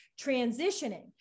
transitioning